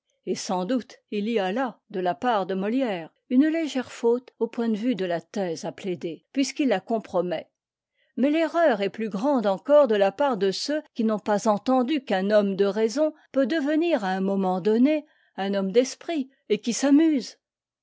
et sans doute il y a là de la part de molière une légère faute au point de vue de la thèse à plaider puisqu'il la compromet mais l'erreur est plus grande encore de la part de ceux qui n'ont pas entendu qu'un homme de raison peut devenir à un moment donné un homme d'esprit et qui s'amuse